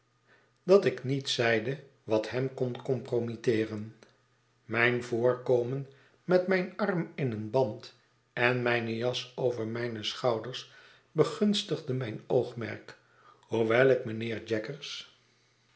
dat ik niets zeide wat hem kon compromitteeren mijn voorkomen met mijn arm in ee n band en mijne jas over mijne schouders begunstigde mijn oogmerk hoewel ik mijnheer jaggers